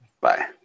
Bye